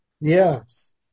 Yes